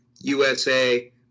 USA